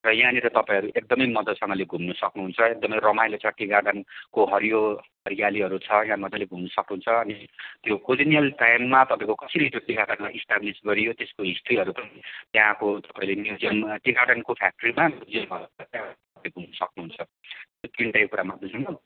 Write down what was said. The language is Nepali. र यहाँनिर तपाईँहरू एकदमै मजासँगले घुम्न सक्नुहुन्छ एकदमै रमाइलो छ टी गार्डनको हरियो हरियालीहरू छ यहाँ मजाले घुम्न सक्नुहुन्छ अनि त्यो कोलोनियल टाइममा तपाईँको कसरी त्यो टी गार्डनलाई स्टाब्लिस गरियो त्यसको हिस्ट्रीहरू पनि त्यहाँको त्यो म्युजियममा टी गार्डनको फ्याक्ट्रीमा म्युजियमहरू छ